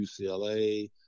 UCLA